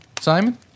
Simon